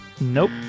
Nope